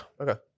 Okay